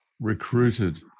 recruited